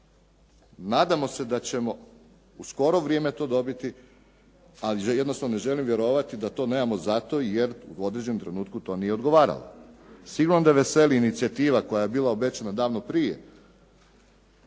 Nadamo se da ćemo u skoro vrijeme to dobiti, ali jednostavno ne želim vjerovati da to nemamo zato jer u određenom trenutku to nije odgovaralo. Sigurno da veseli inicijativa koja je bila obećana davno prije